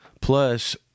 plus